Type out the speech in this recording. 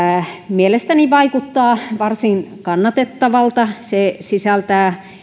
mielestäni vaikuttaa varsin kannatettavalta se sisältää